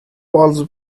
walls